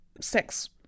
sex